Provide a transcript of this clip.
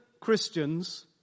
Christians